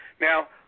Now